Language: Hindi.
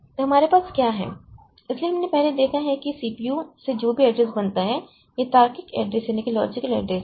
तो हमारे पास क्या है इसलिए हमने पहले देखा है कि सी पी यू से जो भी एड्रेस बनता है वह तार्किक एड्रेस है